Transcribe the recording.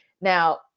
Now